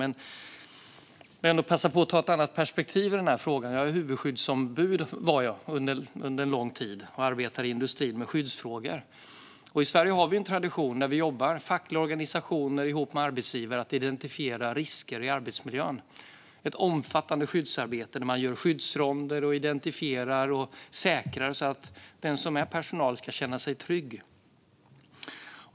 Jag vill dock passa på att ta upp ett annat perspektiv på frågan. Jag var under lång tid huvudskyddsombud och arbetade i industrin med skyddsfrågor. I Sverige har vi en tradition där fackliga organisationer jobbar ihop med arbetsgivare för att identifiera risker i arbetsmiljön. Det är ett omfattande skyddsarbete, där man gör skyddsronder, identifierar och säkrar så att personal ska känna sig trygg.